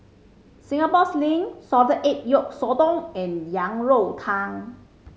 Singapore Sling salted egg yolk sotong and Yang Rou Tang